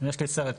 יש לי סרט.